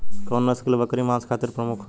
कउन नस्ल के बकरी मांस खातिर प्रमुख होले?